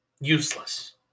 Useless